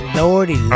lordy